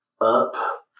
up